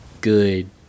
good